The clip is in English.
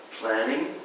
planning